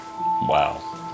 Wow